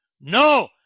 No